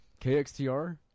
KXTR